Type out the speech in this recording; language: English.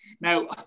Now